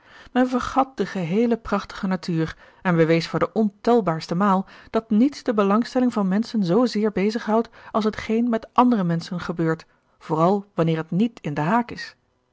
men vergat de geheele prachtige natuur en bewees voor de ontelbaarste maal dat niets de belangstelling van menschen zoo zeer bezig houdt als hetgeen met andere menschen gebeurt vooral wanneer het niet in den haak is